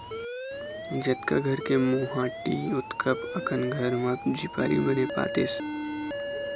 जतका घर के मोहाटी ओतका अकन घर म झिपारी बने पातेस